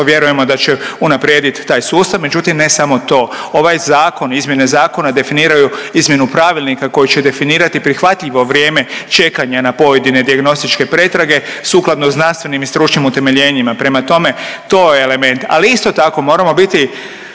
vjerujemo da će unaprijediti taj sustav, međutim, ne samo to, ovaj zakon, izmjene zakona definiraju izmjenu pravilnika koji će definirati prihvatljivo vrijeme čekanja na pojedine dijagnostičke pretrage, sukladno znanstvenim i stručnim utemeljenjima. Prema tome, to je element, ali isto tako, moramo biti